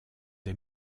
des